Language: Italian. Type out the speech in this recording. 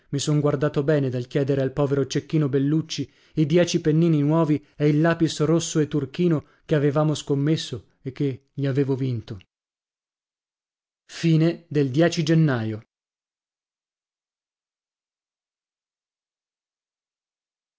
mi son guardato bene dal chiedere al povero cecchino bellucci i dieci pennini nuovi e il lapis rosso e turchino che avevamo scommesso e che gli avevo vinto gennaio